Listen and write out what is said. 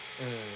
mm